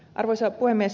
arvoisa puhemies